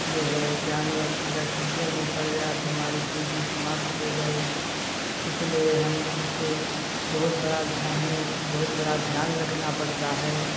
जो है जानवर अगर खतरे में पड़ जाए तो हमारी पूंजी समाप्त हो जाएगी इसलिए हम उसे बहुत बड़ा हमें बहुत बड़ा ध्यान रखना पड़ता है